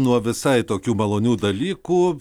nuo visai tokių malonių dalykų